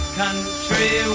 Country